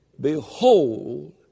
Behold